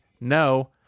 no